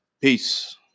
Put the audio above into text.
Peace